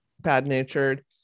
bad-natured